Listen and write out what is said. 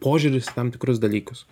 požiūris į tam tikrus dalykus